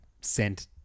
sent